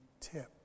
tip